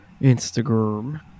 Instagram